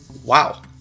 Wow